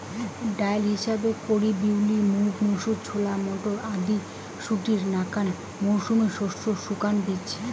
ডাইল বিশেষ করি বিউলি, মুগ, মুসুর, ছোলা, মটর আদি শুটির নাকান মৌসুমী শস্যের শুকান বীচি